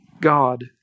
God